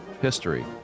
history